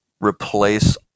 replace